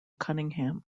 cunningham